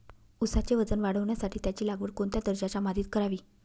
ऊसाचे वजन वाढवण्यासाठी त्याची लागवड कोणत्या दर्जाच्या मातीत करावी?